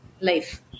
life